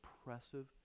oppressive